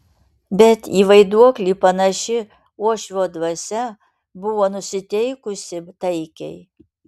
bet į vaiduoklį panaši uošvio dvasia buvo nusiteikusi taikiai